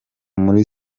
muri